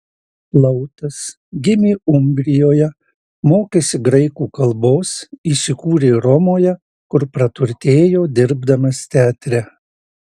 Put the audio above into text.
plautas gimė umbrijoje mokėsi graikų kalbos įsikūrė romoje kur praturtėjo dirbdamas teatre